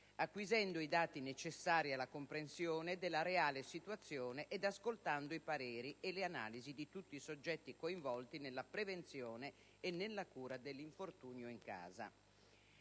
acquisendo i dati necessari alla comprensione della reale situazione ed ascoltando i pareri e le analisi di tutti i soggetti coinvolti nella prevenzione e nella cura dell'infortunio in casa.